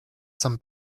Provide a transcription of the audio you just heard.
some